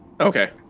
Okay